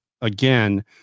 again